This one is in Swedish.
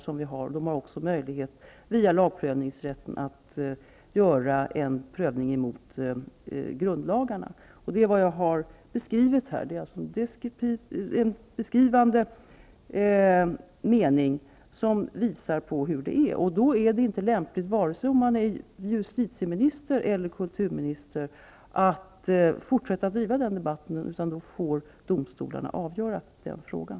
Domstolarna har också möjlighet att via lagprövningsrätten göra en prövning gentemot grundlagarna. Det är vad jag har beskrivit i en mening som visar hur det förhåller sig. Då är det inte lämpligt, vare sig om man är justitieminister eller kulturminister, att fortsätta att föra den debatten, utan det är domstolarna som har att avgöra frågan.